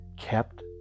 kept